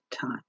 time